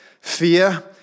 Fear